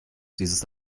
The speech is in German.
dieses